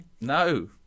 No